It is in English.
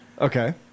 Okay